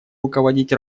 руководить